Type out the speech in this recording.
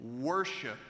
worship